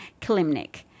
Kalimnik